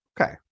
Okay